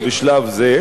בשלב זה.